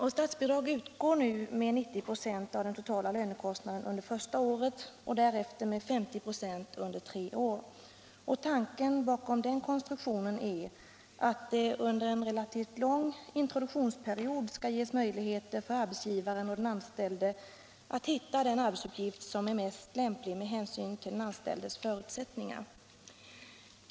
Statsbidrag utgår nu med 90 96 av den totala lönekostnaden under första året och därefter med 50 96 under tre år. Tanken bakom denna konstruktion är att det under en relativt lång introduktionsperiod skall ges möjligheter för arbetsgivaren och den anställde att hitta den arbetsuppgift som är mest lämplig med hänsyn till den anställdes förutsättningar.